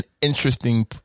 interesting